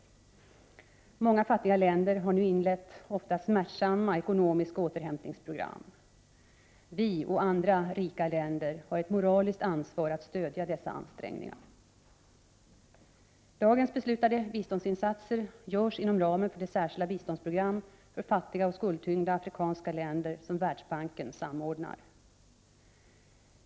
Många fattiga länder har nu inlett, ofta smärtsamma, ekonomiska återhämtningsprogram. Vi och andra rika länder har ett moraliskt ansvar att stödja dessa ansträngningar. Dagens beslutade biståndsinsatser görs inom ramen för det särskilda biståndsprogram för fattiga och skuldtyngda afrikanska länder som Världsbanken samordnar.